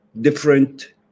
different